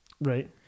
Right